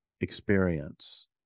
experience